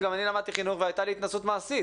גם אני למדתי חינוך והייתה לי התנסות מעשית.